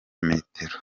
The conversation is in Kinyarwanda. metero